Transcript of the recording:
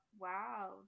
wow